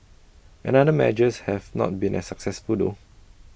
another measures have not been as successful though